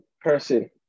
person